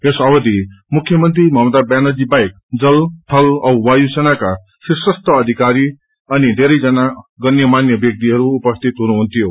यस अवधि मुख्य मंत्ररी ममता व्यानर्जी बाहेक जल थल औ वायु सेनको शीर्षस्य अधिकारी अनि धेरै जना गण्यमान्य व्याक्तिहरू उपस्थित हुनुहुन्थ्यो